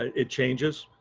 ah it changes,